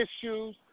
issues